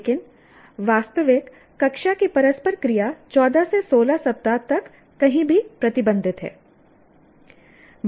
लेकिन वास्तविक कक्षा की परस्पर क्रिया 14 से 16 सप्ताह तक कहीं भी प्रतिबंधित है